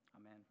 amen